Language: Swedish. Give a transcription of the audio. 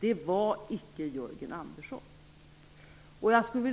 Det var icke Jörgen Andersson.